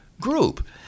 group